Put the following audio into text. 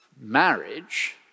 marriage